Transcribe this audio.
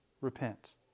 repent